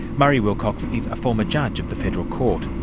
murray wilcox is a former judge of the federal court.